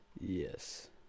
Yes